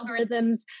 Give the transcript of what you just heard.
algorithms